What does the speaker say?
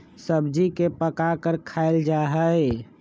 सब्जी के पकाकर खायल जा हई